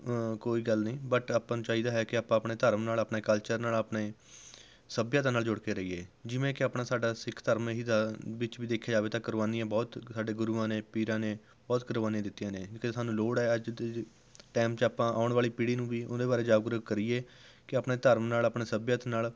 ਕੋਈ ਗੱਲ ਨਹੀਂ ਬਟ ਆਪਾਂ ਨੂੰ ਚਾਹੀਦਾ ਹੈ ਕਿ ਆਪਾਂ ਆਪਣੇ ਧਰਮ ਨਾਲ਼ ਆਪਣੇ ਕਲਚਰ ਨਾਲ਼ ਆਪਣੇ ਸੱਭਿਅਤਾ ਨਾਲ਼ ਜੁੜ ਕੇ ਰਹੀਏ ਜਿਵੇਂ ਕਿ ਆਪਣਾ ਸਾਡਾ ਸਿੱਖ ਧਰਮ ਇਹੀ ਦਾ ਵਿੱਚ ਵੀ ਦੇਖਿਆ ਜਾਵੇ ਤਾਂ ਕੁਰਬਾਨੀਆਂ ਬਹੁਤ ਸਾਡੇ ਗੁਰੂਆਂ ਨੇ ਪੀਰਾਂ ਨੇ ਬਹੁਤ ਕੁਰਬਾਨੀਆਂ ਦਿੱਤੀਆਂ ਨੇ ਅਤੇ ਸਾਨੂੰ ਲੋੜ ਹੈ ਅੱਜ ਦੇ ਟਾਈਮ 'ਚ ਆਪਾਂ ਆਉਣ ਵਾਲੀ ਪੀੜ੍ਹੀ ਨੂੰ ਵੀ ਉਹਦੇ ਬਾਰੇ ਜਾਗਰੂਕ ਕਰੀਏ ਕਿ ਆਪਣੇ ਧਰਮ ਨਾਲ਼ ਆਪਣੇ ਸੱਭਿਅਤਾ ਨਾਲ਼